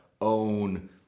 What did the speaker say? own